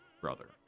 brother